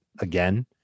again